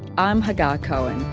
i'm hagar cohen.